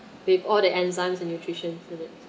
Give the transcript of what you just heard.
with all the enzymes and nutrition